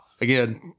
again